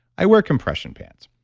i wear compression pants,